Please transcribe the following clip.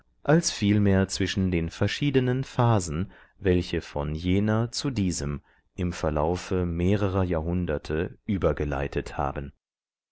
als vielmehr zwischen den verschiedenen phasen welche von jener zu diesem im verlaufe mehrerer jahrhunderte übergeleitet haben